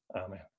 amen